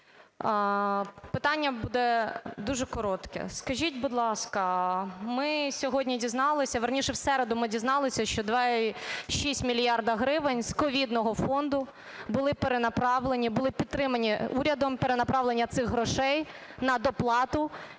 Питання буде дуже коротке. Скажіть, будь ласка, ми сьогодні дізналися, вірніше, в середу ми дізналися, що 2,6 мільярда гривень з ковідного фонду були перенаправлені, були підтримані урядом перенаправлення цих грошей на доплату